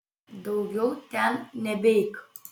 daugiau ten nebeik